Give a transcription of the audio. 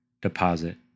deposit